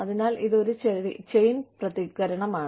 അതിനാൽ ഇത് ഒരു ചെയിൻ പ്രതികരണമാണ്